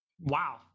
Wow